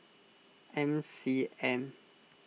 M C M